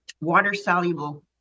Water-soluble